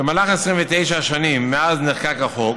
במהלך 29 השנים מאז נחקק החוק